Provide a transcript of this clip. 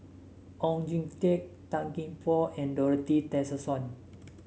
Oon Jin Teik Tan Gee Paw and Dorothy Tessensohn